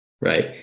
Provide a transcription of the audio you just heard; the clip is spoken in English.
right